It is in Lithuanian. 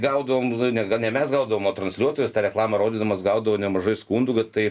gaudavom ne gal ne mes gaudavom o transliuotojas tą reklamą rodydamas gaudavo nemažai skundų kad tai